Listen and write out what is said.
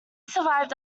survived